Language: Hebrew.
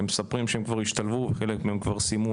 הם מספרים שהם כבר השתלבו וחלק מהם כבר סיימו,